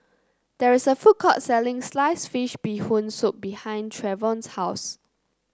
there is a food court selling Sliced Fish Bee Hoon Soup behind Trevon's house